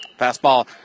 Fastball